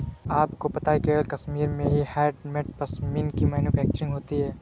क्या आपको पता है केवल कश्मीर में ही हैंडमेड पश्मीना की मैन्युफैक्चरिंग होती है